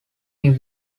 new